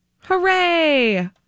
Hooray